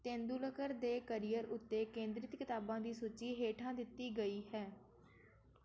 ਤੇਂਦੁਲਕਰ ਦੇ ਕਰੀਅਰ ਉੱਤੇ ਕੇਂਦ੍ਰਿਤ ਕਿਤਾਬਾਂ ਦੀ ਸੂਚੀ ਹੇਠਾਂ ਦਿੱਤੀ ਗਈ ਹੈ